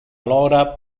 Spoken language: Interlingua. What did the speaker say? alora